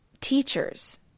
teachers